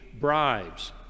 bribes